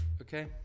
okay